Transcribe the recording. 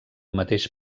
mateix